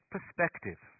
perspective